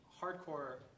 hardcore